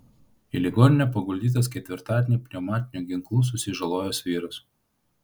į ligoninę paguldytas ketvirtadienį pneumatiniu ginklu susižalojęs vyras